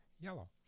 yellow